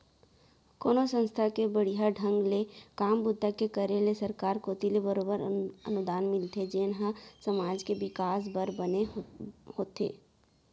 कोनो संस्था के बड़िहा ढंग ले काम बूता के करे ले सरकार कोती ले बरोबर अनुदान मिलथे जेन ह समाज के बिकास बर बने होथे